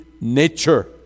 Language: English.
nature